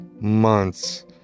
months